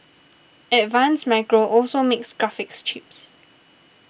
advanced Micro also makes graphics chips